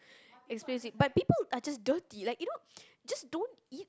explains it but people are just don't they like you know just don't eat